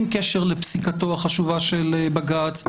עם קשר לפסיקתו החשובה של בג"ץ,